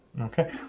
Okay